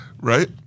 Right